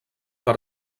per